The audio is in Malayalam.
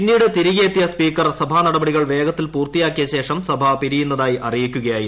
പിന്നീട് തിരികെയെത്തിയ സ്പീക്കർ സഭാ നടപടികൾ വേഗത്തിൽ പൂർത്തിയാക്കിയ ശേഷം സഭ പിരിയുന്നതായി അറിയിക്കുകയായിരുന്നു